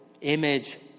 image